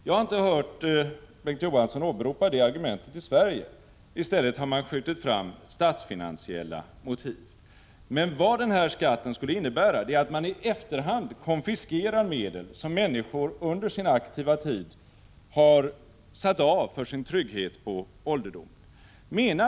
Jag har inte hört Bengt K. Å. Johansson åberopa det argumentet när det gäller Sverige. I stället har man skjutit fram statsfinansiella motiv. Men innebörden av den här skatten är att man i efterhand konfiskerar medel som människor under sin aktiva tid har avsatt för sin trygghet på ålderdomen.